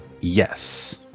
Yes